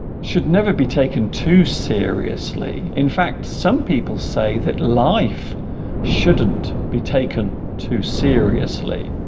should never be taken too seriously in fact some people say that life shouldn't be taken too seriously